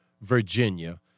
Virginia